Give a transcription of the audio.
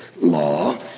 law